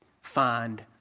find